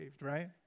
Right